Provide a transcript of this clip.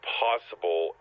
possible